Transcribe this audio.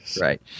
right